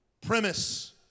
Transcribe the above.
premise